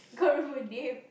you can't remember her name